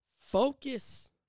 Focus